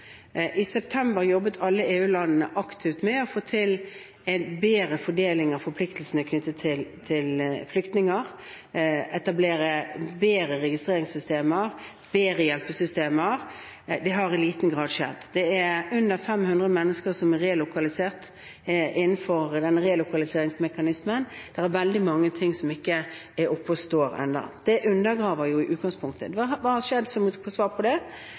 I september jobbet alle EU-landene aktivt med å få til en bedre fordeling av forpliktelsene knyttet til flyktninger, å etablere bedre registreringssystemer, bedre hjelpesystemer. Det har i liten grad skjedd. Det er under 500 mennesker som er relokalisert innenfor relokaliseringsmekanismen. Det er veldig mange ting som ennå ikke er oppe og står, og det undergraver jo i utgangspunktet. Hva har skjedd som et svar på det?